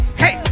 hey